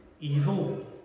evil